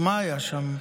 מה היה שם?